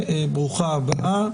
ברוכה הבאה.